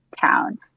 town